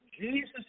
Jesus